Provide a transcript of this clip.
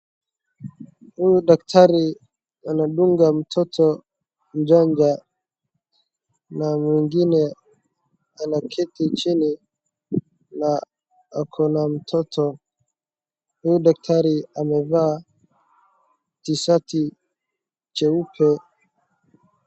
Huyu daktari anadunga mtoto chanjo na mwingine anaketi chini na ako na mtoto. Huyu daktari amevaa T-shirti jeupe.